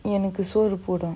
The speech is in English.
எனக்கு சோறு போடு:enakku soru podu